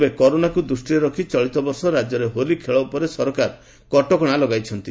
ତେବେ କରୋନା ସ୍ସିତିକୁ ଦୂଷ୍ଟିରେ ରଖ୍ ଚଳିତ ବର୍ଷ ରାଜ୍ୟରେ ହୋଲି ଖେଳ ଉପରେ ସରକାର କଟକଶା ଲଗାଇଛନ୍ତି